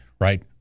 right